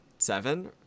seven